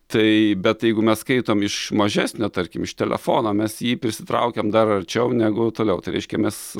tai bet jeigu mes skaitom iš mažesnio tarkim iš telefono mes jį prisitraukiam dar arčiau negu toliau tai reiškia mes